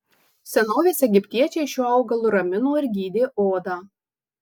senovės egiptiečiai šiuo augalu ramino ir gydė odą